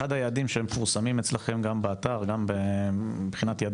אחד היעדים שמפורסמים אצלכם גם באתר ומבחינת מידע